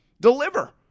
Deliver